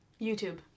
youtube